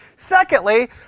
Secondly